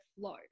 flow